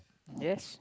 yes